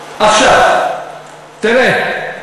עכשיו, תראה.